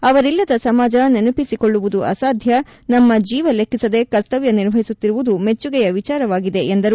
ಅವರಿಲ್ಲದ ಸಮಾಜ ನೆನಪಿಸಿಕೊಳ್ಳುವುದು ಅಸಾಧ್ಯ ತಮ್ಮ ಜೀವ ಲೆಕ್ಕಿಸದೆ ಕರ್ತಮ್ಮ ನಿರ್ವಹಿಸುತ್ತಿರುವುದು ಮೆಚ್ಚುಗೆಯ ವಿಚಾರವಾಗಿದೆ ಎಂದರು